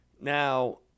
Now